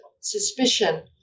suspicion